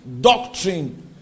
doctrine